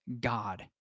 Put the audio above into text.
God